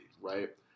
right